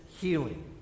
healing